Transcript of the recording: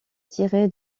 tiré